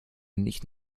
nicht